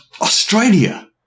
Australia